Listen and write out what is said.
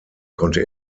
konnte